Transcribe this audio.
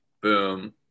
boom